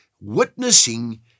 witnessing